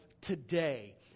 today